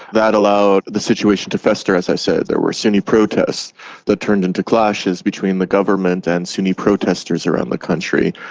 that allowed the situation to fester, as i said. there were sunni protests that turned into clashes between the government and sunni protesters around the country.